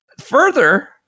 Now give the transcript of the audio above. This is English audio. further